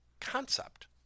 concept